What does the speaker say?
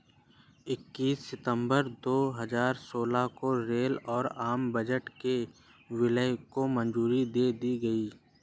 इक्कीस सितंबर दो हजार सोलह को रेल और आम बजट के विलय को मंजूरी दे दी गयी